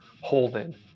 Holden